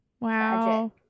wow